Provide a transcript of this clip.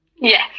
yes